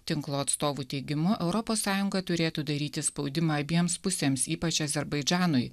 tinklo atstovų teigimu europos sąjunga turėtų daryti spaudimą abiems pusėms ypač azerbaidžanui